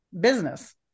Business